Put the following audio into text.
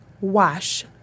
wash